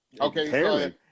okay